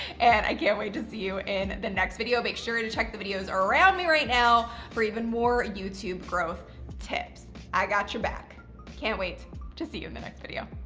and i can't wait to see you in the next video. make sure to check the videos around me right now for even more youtube growth tips. i got your back. i can't wait to see you in the next video.